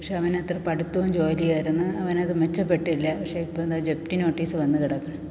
പക്ഷെ അവന് അത്ര പഠിത്തവും ജോലി ആയിരുന്നു അവന് അത് മെച്ചപ്പെട്ടില്ല പക്ഷെ ഇപ്പം ദാ ജപ്തി നോട്ടീസ് വന്നു കെടക്കണ്